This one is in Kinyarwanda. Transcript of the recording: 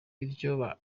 bityo